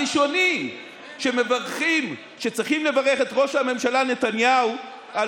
הראשונים שמברכים שצריכים לברך את ראש הממשלה נתניהו על